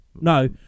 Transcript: no